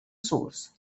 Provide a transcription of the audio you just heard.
source